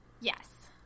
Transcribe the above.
Yes